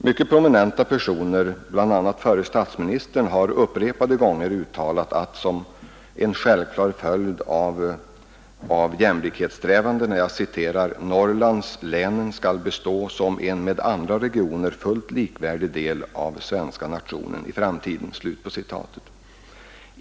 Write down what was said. Mycket prominenta personer, bl.a. förre statsministern, har många gånger uttalat att som en självklar följd av jämlikhetssträvandena ”Norrlandslänen skall bestå som en med andra regioner fullt likvärdig del av svenska nationen i framtiden”.